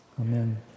Amen